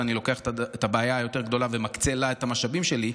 ואני לוקח את הבעיה הגדולה יותר ומקצה לה את המשאבים שלי.